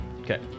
Okay